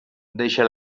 deixa